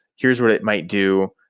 here's what it might do.